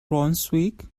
brunswick